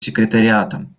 секретариатом